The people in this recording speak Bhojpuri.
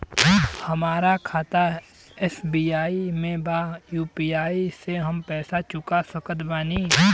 हमारा खाता एस.बी.आई में बा यू.पी.आई से हम पैसा चुका सकत बानी?